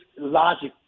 logic